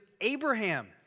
Abraham